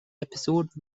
episode